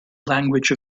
language